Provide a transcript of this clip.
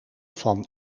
van